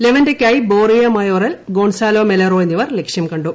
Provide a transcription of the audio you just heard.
ലെവന്റയ്ക്കായി Borja Mayoral Gonzalo Melero എന്നിവർ ലക്ഷ്യം കണ്ടു